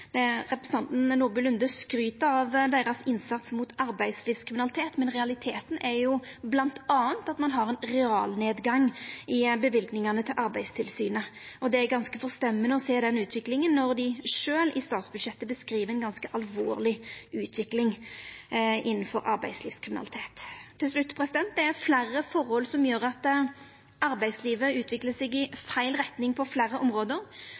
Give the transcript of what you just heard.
av deira innsats mot arbeidslivskriminalitet, men realiteten er bl.a. at det er ein realnedgang i løyvingane til Arbeidstilsynet. Det er ganske forstemmande å sjå den utviklinga, når dei sjølve i statsbudsjettet beskriv ei ganske alvorleg utvikling innanfor arbeidslivskriminaliteten. Til slutt: Det er fleire forhold som gjer at arbeidslivet utviklar seg i feil retning på fleire område: